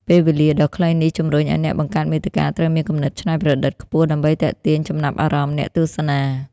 ពេលវេលាដ៏ខ្លីនេះ ជំរុញឱ្យអ្នកបង្កើតមាតិកាត្រូវមានគំនិតច្នៃប្រឌិតខ្ពស់ ដើម្បីទាក់ទាញចំណាប់អារម្មណ៍អ្នកទស្សនា។